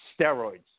Steroids